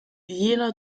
jener